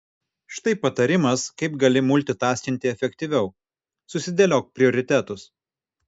štai patarimas kaip gali multitaskinti efektyviau susidėliok prioritetus